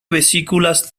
vesículas